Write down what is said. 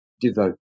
devote